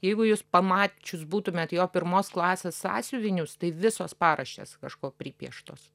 jeigu jūs pamačius būtumėt jo pirmos klasės sąsiuvinius tai visos paraštės kažko pripieštos